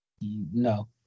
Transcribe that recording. No